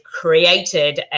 created